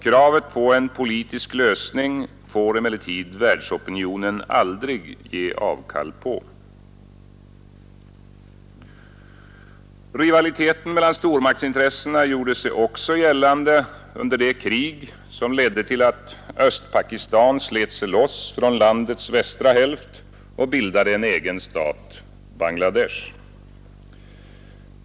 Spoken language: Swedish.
Kravet på en politisk lösning får emellertid världsopinionen aldrig ge avkall på. Rivaliteten mellan stormaktsintressena gjorde sig också gällande under det krig, som ledde till att Östpakistan slet sig loss från landets västra hälft och bildade en egen stat, Bangladesh.